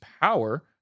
power